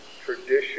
tradition